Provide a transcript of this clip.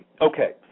okay